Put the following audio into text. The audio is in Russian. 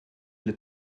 или